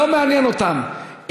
לא מעניין אותם.